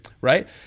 right